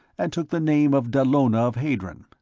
and took the name of dallona of hadron.